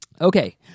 Okay